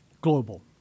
global